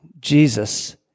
Jesus